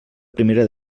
primera